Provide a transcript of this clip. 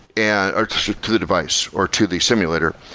and or to to the device, or to the simulator,